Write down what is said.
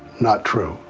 not true.